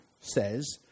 says